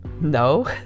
no